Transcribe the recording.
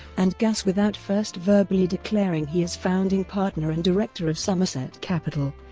and gas without first verbally declaring he is founding partner and director of somerset capital,